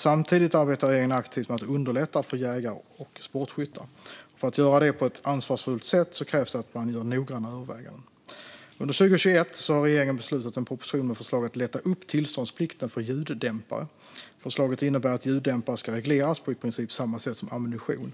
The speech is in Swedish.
Samtidigt arbetar regeringen aktivt med att underlätta för jägare och sportskyttar. För att göra det på ett ansvarsfullt sätt krävs det att man gör noggranna överväganden. Under 2021 har regeringen fattat beslut om en proposition med förslag om att lätta upp tillståndsplikten för ljuddämpare. Förslaget innebär att ljuddämpare ska regleras på i princip samma sätt som ammunition.